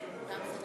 אין המלצות